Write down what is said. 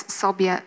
sobie